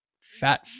Fat